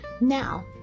now